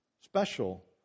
special